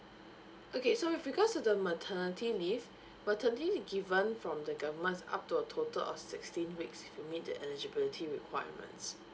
okay so with regards to the maternity leave maternity leave given from the government is up to a total of sixteen weeks if you meet the eligibility requirements